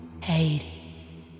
Hades